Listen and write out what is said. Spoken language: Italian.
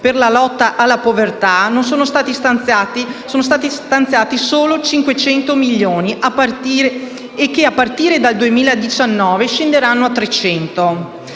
per la lotta alla povertà sono stati stanziati soltanto 500 milioni e che a partire dal 2019 scenderanno a 300;